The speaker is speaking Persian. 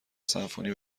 سمفونی